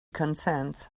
consents